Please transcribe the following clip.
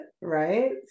Right